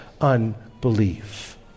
unbelief